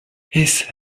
his